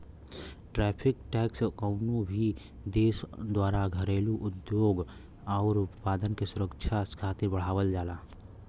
tariff tax कउनो भी देश द्वारा घरेलू उद्योग आउर उत्पाद के सुरक्षा खातिर बढ़ावल जाला